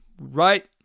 right